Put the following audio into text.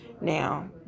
Now